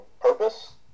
purpose